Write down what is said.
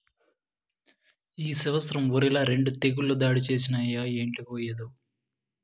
ఈ సంవత్సరం ఒరిల రెండు తెగుళ్ళు దాడి చేసినయ్యి ఎట్టాగో, ఏందో